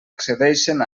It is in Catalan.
accedeixen